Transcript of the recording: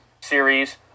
series